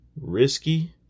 risky